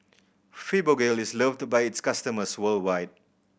Fibogel is loved by its customers worldwide